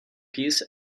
peace